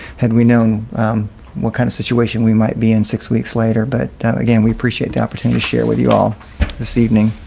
had we known what kind of situation we might be in six weeks later, but again, we appreciate the opportunity to share with you all this evening.